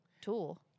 tool